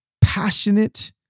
passionate